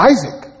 Isaac